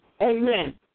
Amen